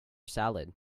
salad